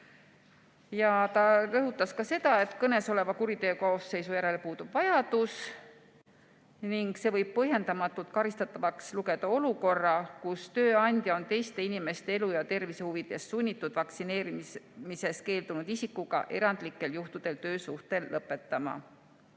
Ta rõhutas ka seda, et kõnesoleva kuriteokoosseisu järele puudub vajadus ning see võib põhjendamatult karistatavaks lugeda olukorra, kus tööandja on teiste inimeste elu ja tervise huvides sunnitud vaktsineerimisest keeldunud isikuga erandlikel juhtudel töösuhte lõpetama.